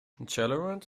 ngerulmud